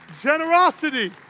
Generosity